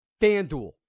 FanDuel